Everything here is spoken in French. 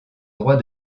droit